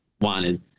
wanted